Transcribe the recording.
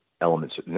elements